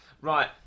Right